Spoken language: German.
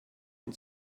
der